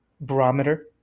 barometer